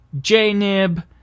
J-Nib